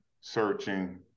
searching